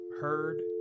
heard